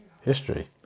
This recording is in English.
history